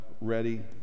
ready